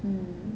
mmhmm